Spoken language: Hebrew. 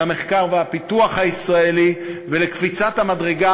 למחקר והפיתוח הישראלי ולקפיצת המדרגה